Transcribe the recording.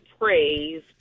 praise